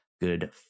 Good